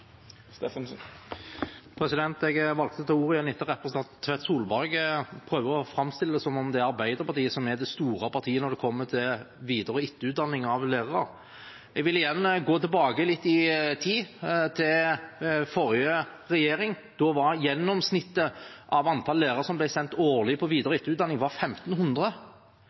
Jeg valgte å ta ordet igjen etter at representanten Tvedt Solberg prøvde å framstille det som om det er Arbeiderpartiet som er det store partiet når det kommer til videre- og etterutdanning av lærere. Jeg vil igjen gå litt tilbake i tid, til forrige regjering. Da var gjennomsnittet av antall lærere som ble sendt årlig på videre- og etterutdanning,